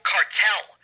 Cartel